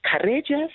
courageous